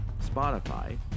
Spotify